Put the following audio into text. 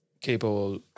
capable